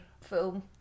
film